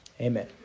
amen